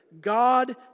God